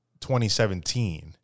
2017